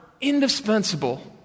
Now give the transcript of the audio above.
indispensable